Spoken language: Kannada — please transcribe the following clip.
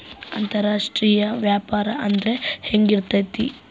ಅಂತರಾಷ್ಟ್ರೇಯ ವ್ಯಾಪಾರ ಅಂದ್ರೆ ಹೆಂಗಿರ್ತೈತಿ?